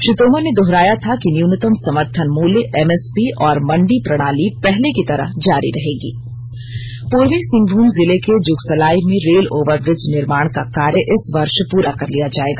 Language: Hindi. श्री तोमर ने दोहराया था कि न्यूनत समर्थन मूल्य एमएसपी और मंडी प्रणाली पहले की तरह जारी पूर्वी सिंहभूम जिले के जुगसलाई में रेल ओवरब्रिज निर्माण का कार्य इस वर्ष पूरा कर लिया जाएगा